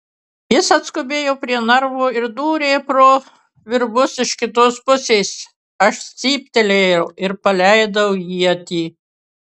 jis atskubėjo prie narvo ir dūrė pro virbus iš kitos pusės aš cyptelėjau ir paleidau ietį